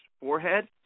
forehead